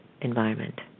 environment